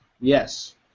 Yes